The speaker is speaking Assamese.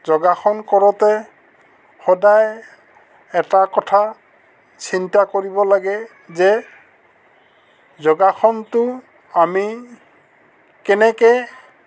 যোগাসন কৰোঁতে সদায় এটা কথা চিন্তা কৰিব লাগে যে যোগাসনটো আমি কেনেকৈ